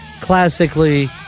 classically